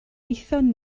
aethon